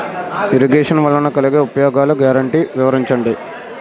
Irrigation వలన కలిగే ఉపయోగాలు గ్యారంటీ వివరించండి?